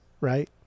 right